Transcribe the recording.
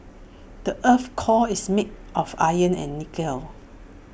the Earth's core is made of iron and nickel